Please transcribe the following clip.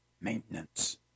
maintenance